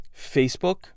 Facebook